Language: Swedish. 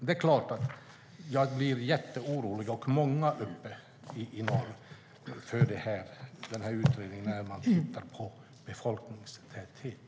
Det är klart att jag och många där uppe i norr blir jätteoroliga över utredningen när man tittar på befolkningstäthet.